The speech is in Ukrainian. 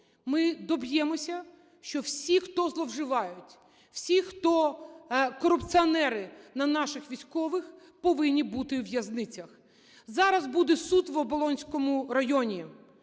Ми доб'ємося, що всі, хто зловживають, всі, хто корупціонери на наших військових, повинні бути у в'язницях. Зараз буде суд в Оболонському районі,